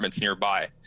nearby